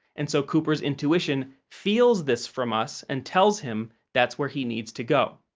and so cooper's intuition feels this from us and tells him that's where he needs to go.